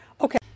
Okay